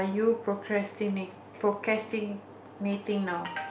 you procrastinate procrastinating now